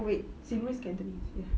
oh wait xin ru cantonese ya